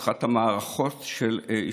זו אחת המערכות של ישראל.